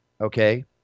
okay